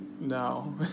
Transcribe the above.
No